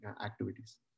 activities